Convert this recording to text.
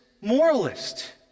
moralist